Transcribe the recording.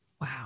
Wow